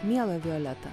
miela violeta